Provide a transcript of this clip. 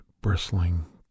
bristling